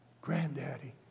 Granddaddy